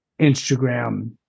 Instagram